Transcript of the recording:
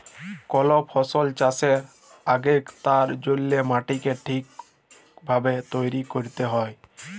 call ফসল চাষের আগেক তার জল্যে মাটিকে ঠিক ভাবে তৈরী ক্যরতে হ্যয়